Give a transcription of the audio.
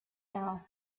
now